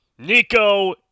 Nico